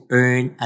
earn